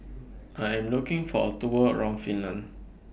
I Am looking For A Tour around Finland